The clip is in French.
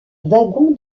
wagon